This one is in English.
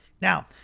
Now